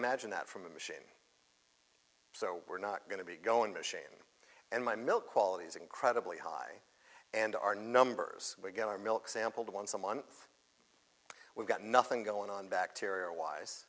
imagine that from a machine so we're not going to be going machine and my milk qualities incredibly high and our numbers we get our milk sampled once a month we've got nothing going on bacteria wise